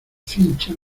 cincha